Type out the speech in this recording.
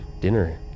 dinner